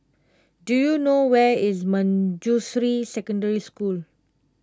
do you know where is Manjusri Secondary School